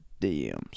DMs